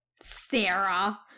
Sarah